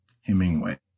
Hemingway